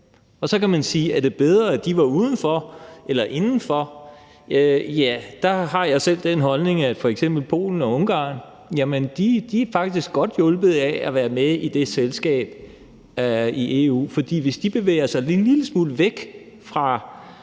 og så kan man spørge: Er det bedst, at de er udenfor eller indenfor? Ja, der har jeg selv den holdning, at f.eks. Polen og Ungarn faktisk er godt hjulpet af at være med i det selskab, EU, for hvis de bevæger sig en lille smule væk fra